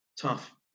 tough